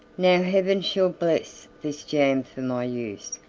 now heaven shall bless this jam for my use,